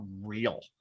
real